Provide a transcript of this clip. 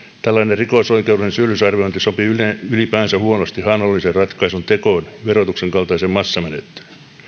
tällainen rikosoikeudellinen syyllisyysarviointi sopii ylipäänsä huonosti hallinnollisen ratkaisun tekoon ja verotuksen kaltaiseen massamenettelyyn